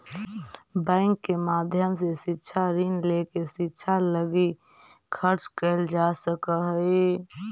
bank के माध्यम से शिक्षा ऋण लेके शिक्षा लगी खर्च कैल जा सकऽ हई